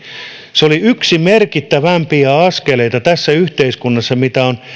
se oli yksi merkittävimpiä askeleita tässä yhteiskunnassa mitä on